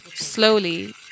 Slowly